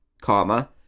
comma